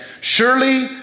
Surely